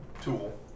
Tool